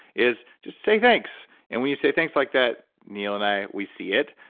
is just say thanks. and when you say thanks like that, neil and i, we see it,